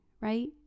right